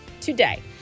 today